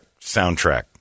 soundtrack